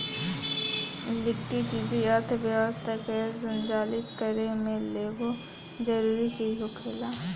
liquidity अर्थव्यवस्था के संचालित करे में एगो जरूरी चीज होखेला